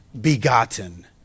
begotten